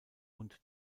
und